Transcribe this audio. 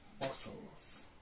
muscles